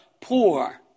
poor